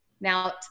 Now